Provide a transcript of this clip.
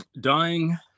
Dying